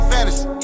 Fantasy